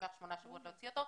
לוקח שמונה שבועות להוציא אותו.